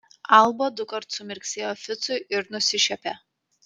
alba dukart sumirksėjo ficui ir nusišiepė